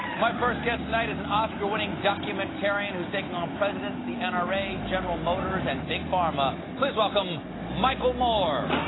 my first guest tonight is an oscar-winning documentarian who's taken on presidents, the n r a, general motors, and big pharma. please welcome, michael moore!